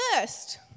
first